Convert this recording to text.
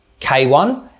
K1